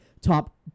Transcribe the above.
top